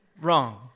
wrong